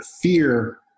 fear